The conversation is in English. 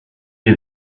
you